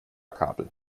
kabel